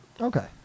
Okay